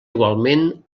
igualment